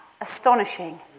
astonishing